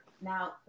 Now